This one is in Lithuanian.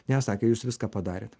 ne sakė jūs viską padarėt